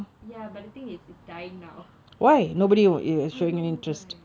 ya but the thing is it's dying now I don't know why